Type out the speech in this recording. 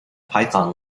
python